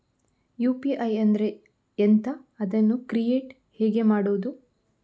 UPI ಅಂದ್ರೆ ಎಂಥ? ಅದನ್ನು ಕ್ರಿಯೇಟ್ ಹೇಗೆ ಮಾಡುವುದು?